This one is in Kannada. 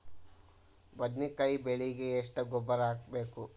ಬದ್ನಿಕಾಯಿ ಬೆಳಿಗೆ ಎಷ್ಟ ಗೊಬ್ಬರ ಹಾಕ್ಬೇಕು?